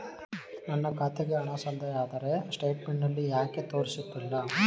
ನನ್ನ ಖಾತೆಗೆ ಹಣ ಸಂದಾಯ ಆದರೆ ಸ್ಟೇಟ್ಮೆಂಟ್ ನಲ್ಲಿ ಯಾಕೆ ತೋರಿಸುತ್ತಿಲ್ಲ?